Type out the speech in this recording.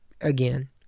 again